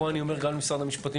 פה אני אומר גם למשרד המשפטים,